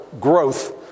growth